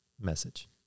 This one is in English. message